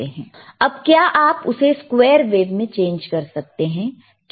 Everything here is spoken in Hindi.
अब क्या आप उसे स्क्वेयर वेव में चेंज कर सकते हैं